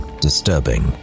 disturbing